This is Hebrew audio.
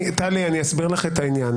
טלי, אני אסביר לך את העניין.